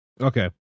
Okay